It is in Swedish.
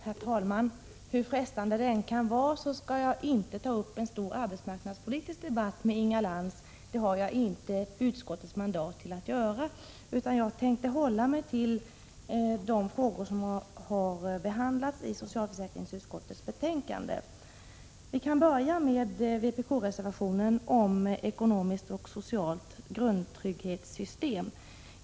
Herr talman! Hur frestande det än kan vara så skall jag inte nu ta upp en stor arbetsmarknadspolitisk debatt med Inga Lantz. Det har jag inte utskottets mandat att göra. Jag tänker hålla mig till de frågor som har behandlats i socialförsäkringsutskottets betänkande. Vi kan börja med vpk:s reservation om ett ekonomiskt och socialt grundtrygghetssystem.